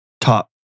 top